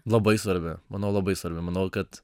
labai svarbi manau labai svarbi manau kad